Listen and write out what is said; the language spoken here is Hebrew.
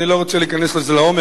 אני לא רוצה להיכנס לזה לעומק,